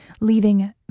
leaving